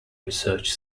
research